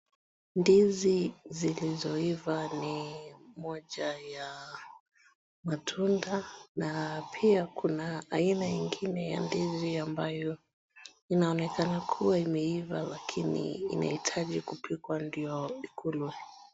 Ndizi zilizoiva ni moja ya matunda na pia kuna aina ingine ya ndizi ambayo inaonekana kuwa imeiva lakini inahitaji kupikwa ndio ikulwe.